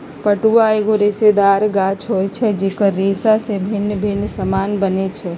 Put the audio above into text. पटुआ एगो रेशेदार गाछ होइ छइ जेकर रेशा से भिन्न भिन्न समान बनै छै